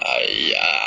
!aiya!